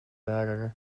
lärare